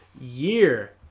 year